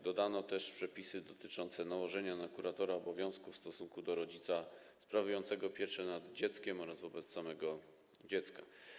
Dodano też przepisy dotyczące nałożenia na kuratora obowiązków w stosunku do rodzica sprawującego pieczę nad dzieckiem oraz wobec samego dziecka.